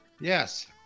Yes